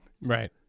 Right